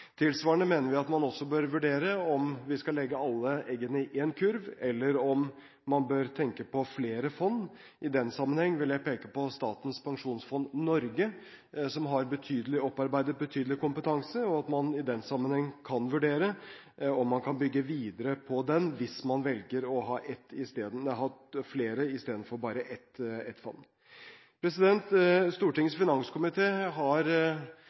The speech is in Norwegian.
Tilsvarende mener vi at man også bør vurdere om vi skal legge alle eggene i én kurv, eller om man bør tenke på flere fond. I den sammenheng vil jeg peke på Statens pensjonsfond Norge, som har opparbeidet betydelig kompetanse, og at man kan vurdere om man kan bygge videre på den, hvis man velger å ha flere istedenfor bare ett fond. Stortingets finanskomité har